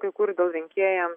kai kur gal rinkėjams